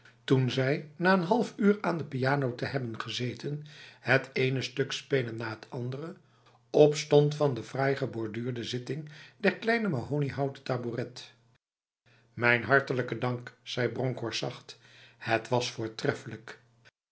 toen zij na een half uur aan de piano te hebben gezeten het ene stuk spelend na het andere opstond van de fraai geborduurde zitting der kleine mahoniehouten tabouret mijn hartelijke dank zei bronkhorst zacht het was voortreffelijk